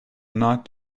not